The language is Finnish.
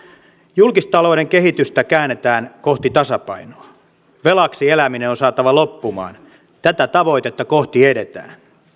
julkistalouden kehitystä käännetään kohti tasapainoa velaksi eläminen on saatava loppumaan tätä tavoitetta kohti edetään